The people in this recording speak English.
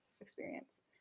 experience